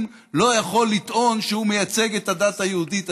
לא יכול לטעון שהוא מייצג את הדת היהודית.